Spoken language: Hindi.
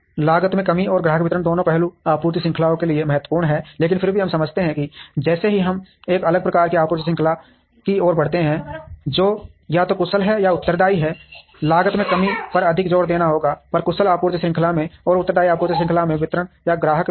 लागत में कमी और ग्राहक वितरण दोनों पहलू आपूर्ति श्रृंखलाओं के लिए महत्वपूर्ण हैं लेकिन फिर हम समझते हैं कि जैसे ही हम एक अलग प्रकार की आपूर्ति श्रृंखला की ओर बढ़ते हैं जो या तो कुशल है या उत्तरदायी है लागत में कमी पर अधिक जोर देना होगा एक कुशल आपूर्ति श्रृंखला में और उत्तरदायी आपूर्ति श्रृंखला में वितरण या ग्राहक वितरण